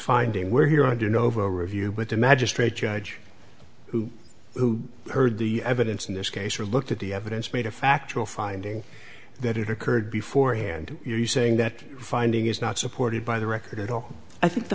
finding where here i do novo review with the magistrate judge who who heard the evidence in this case or looked at the evidence made a factual finding that it occurred before hand you saying that finding is not supported by the record at all i think the